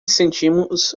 sentimos